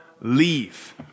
leave